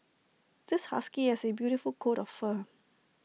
this husky has A beautiful coat of fur